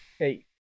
Eight